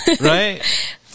right